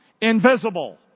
invisible